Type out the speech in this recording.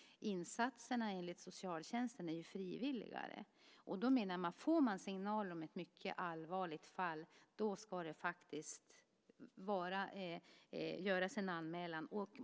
Insatserna enligt socialtjänsten är frivilliga. Får man en signal om ett mycket allvarligt fall ska det faktiskt göras en anmälan.